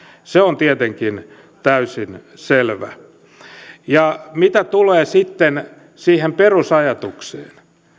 se on tietenkin täysin selvää ja mitä tulee sitten siihen perusajatukseen